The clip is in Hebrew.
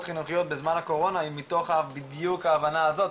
חינוכיות בזמן הקורונה היא בדיוק מתוך ההבנה הזאת,